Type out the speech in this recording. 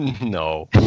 No